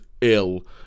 ill